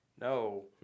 no